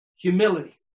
Humility